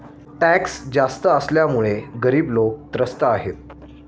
tax जास्त असल्यामुळे गरीब लोकं त्रस्त आहेत